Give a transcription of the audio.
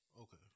Okay